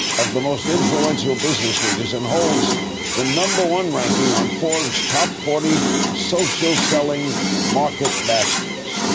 of the most influential business leaders, and holds the number one ranking on forbes top forty social selling market masters.